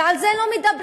ועל זה לא מדברים.